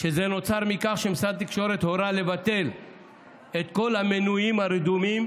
שזה נוצר מכך שמשרד התקשורת הורה לבטל את כל המנויים הרדומים,